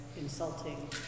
insulting